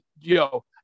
yo